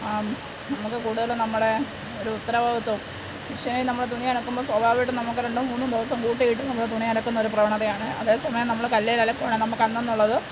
നമുക്ക് കൂടുതലും നമ്മുടെ ഒരു ഉത്തരവാദിത്തം മെഷീനിൽ നമ്മൾ തുണി അലക്കുമ്പോൾ സ്വാഭാവികമായിട്ടും നമുക്ക് രണ്ടും മൂന്നും ദിവസം കൂട്ടിയിട്ട് നമ്മൾ തുണി അലക്കുന്നൊരു പ്രവണതയാണ് അതേസമയം നമ്മൾ കല്ലിൽ അലക്കുവാണെങ്കിൽ നമുക്ക് അന്നന്നുള്ളത്